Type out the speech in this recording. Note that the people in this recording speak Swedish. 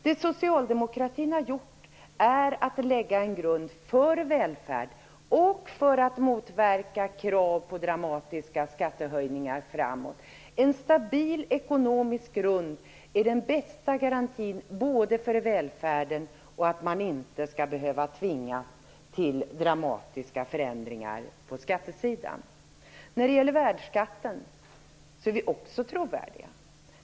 Det socialdemokratin har gjort är att lägga en grund för välfärd och för att motverka krav på dramatiska skattehöjningar framöver. En stabil ekonomisk grund är den bästa garantin både för välfärden och för att man inte skall behöva tvingas till dramatiska förändringar på skattesidan. När det gäller värnskatten är vi också trovärdiga.